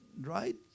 right